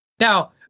Now